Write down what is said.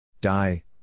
Die